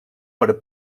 per